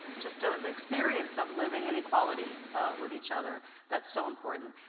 just ah an experience of living in equality with each other that's so important.